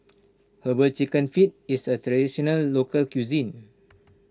Herbal Chicken Feet is a Traditional Local Cuisine